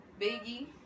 Biggie